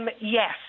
Yes